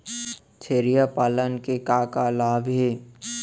छेरिया पालन के का का लाभ हे?